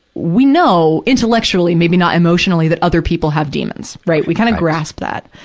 we know intellectually maybe not emotionally that other people have demons, right. we kind of grasp that.